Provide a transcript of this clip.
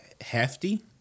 hefty